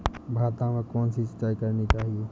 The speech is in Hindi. भाता में कौन सी सिंचाई करनी चाहिये?